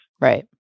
Right